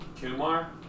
kumar